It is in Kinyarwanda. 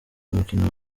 umukino